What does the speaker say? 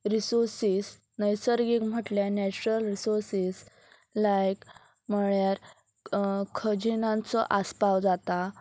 resources नैसर्गीक म्हटल्यार natural resources लायक म्हळ्यार खजिनांचो आसपाव जाता